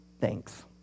thanks